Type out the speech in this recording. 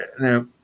Now